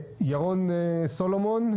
ירון סולומון,